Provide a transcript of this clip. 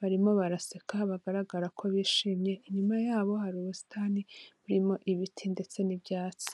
barimo baraseka bagaragara ko bishimye, inyuma yabo hari ubusitani burimo ibiti ndetse n'ibyatsi.